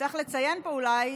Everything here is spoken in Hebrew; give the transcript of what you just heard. צריך לציין פה, אולי,